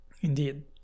Indeed